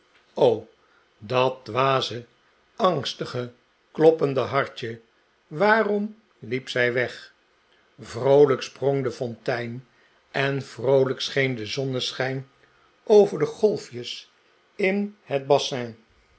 dat dwaze angstig kloppende hartje waarom liep zij weg vroolijk sprong de fontein en vroolijk scheen de zonneschijn over de golfjes in het bassin